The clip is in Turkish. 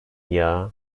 yağ